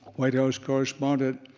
white house correspondent,